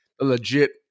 legit